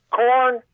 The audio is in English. corn